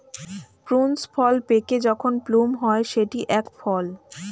prunes ফল পেকে যখন প্লুম হয় সেটি এক ফল